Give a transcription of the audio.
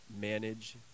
manage